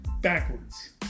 backwards